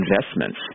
investments